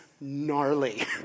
gnarly